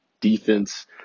defense